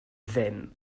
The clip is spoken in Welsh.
ddim